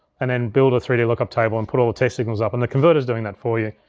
and then build a three d lookup table and put all the test signals up. and the converter's doing that for you.